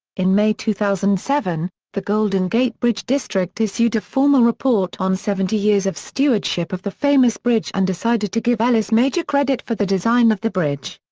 in may two thousand and seven, the golden gate bridge district issued a formal report on seventy years of stewardship of the famous bridge and decided to give ellis major credit for the design of the bridge.